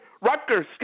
Rutgers